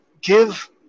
give